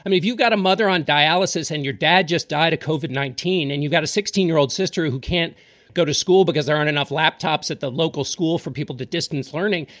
and if you've got a mother on dialysis and your dad just died, a cauvin nineteen and you've got a sixteen year old sister who can't go to school because there aren't enough laptops at the local school for people to distance learning.